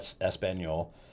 Espanol